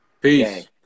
Peace